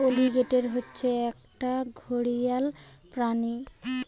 alligator হচ্ছে একটা ঘড়িয়াল প্রাণী